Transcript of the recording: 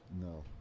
No